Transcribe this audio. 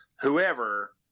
whoever